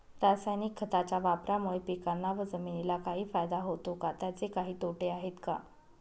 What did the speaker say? रासायनिक खताच्या वापरामुळे पिकांना व जमिनीला काही फायदा होतो का? त्याचे काही तोटे आहेत का?